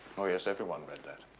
oh yes everyone read that.